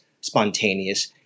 spontaneous